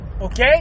okay